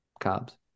Cubs